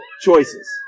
choices